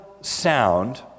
sound